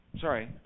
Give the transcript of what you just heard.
Sorry